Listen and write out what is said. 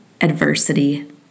Adversity